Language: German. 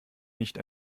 nicht